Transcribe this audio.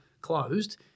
closed